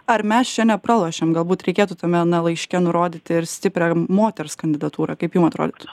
ar mes čia nepralošiam galbūt reikėtų tame na laiške nurodyti ir stiprią moters kandidatūrą kaip jum atrodytų